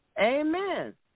Amen